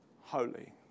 holy